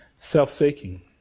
self-seeking